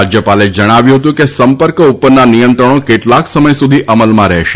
રાજ્યપાલે જણાવ્યું હતું કે સંપર્ક ઉપરના નિયંત્રણો કેટલાક સમય સુધી અમલમાં રહેશે